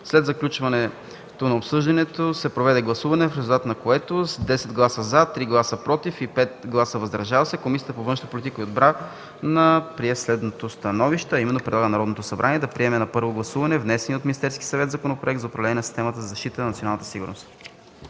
След приключването на обсъждането се проведе гласуване, в резултат на което с 10 гласа „за“, 3 гласа „против“ и 5 гласа „въздържал се“ Комисията по външна политика и отбрана прие следното становище, а именно: Предлага на Народното събрание да приеме на първо гласуване внесения от Министерския съвет Законопроект за управление на системата за защита на националната сигурност.”